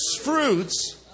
fruits